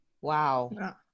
wow